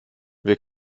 wir